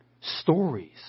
stories